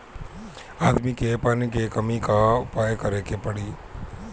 आदमी के पानी के कमी क उपाय करे के पड़ी